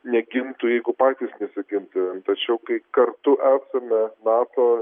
negintų jeigu patys nesigintumėm tačiau kai kartu esame nato